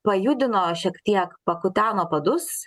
pajudino šiek tiek pakuteno padus